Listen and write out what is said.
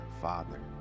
father